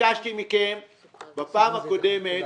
בפעם הקודמת